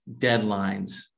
deadlines